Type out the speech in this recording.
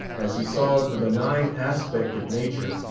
as he saw the benign aspect of nature,